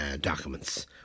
documents